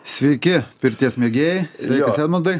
sveiki pirties mėgėjai sveikas edmundai